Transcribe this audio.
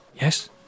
Yes